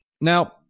Now